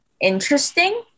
interesting